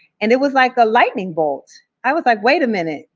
and it was like a lightning bolt. i was like, wait a minute,